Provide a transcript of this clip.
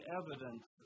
evidence